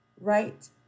right